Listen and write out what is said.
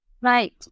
Right